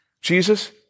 Jesus